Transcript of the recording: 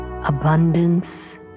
Abundance